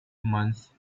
month